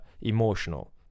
emotional